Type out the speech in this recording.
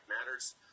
matters